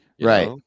right